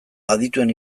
adituen